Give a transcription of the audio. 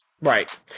Right